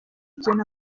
ikintu